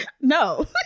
No